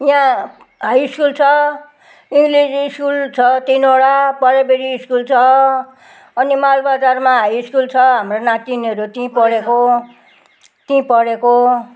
यहाँ high school छ English school छ तिनवटा प्राइमेरी स्कुल छ अनि मालबजारमा हाई स्कुल छ हाम्रो नातिनीहरू त्यहीँ पढेको त्यहीँ पढेको